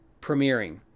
premiering